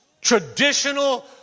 traditional